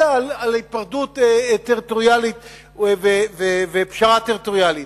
על היפרדות טריטוריאלית ופשרה טריטוריאלית.